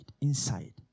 inside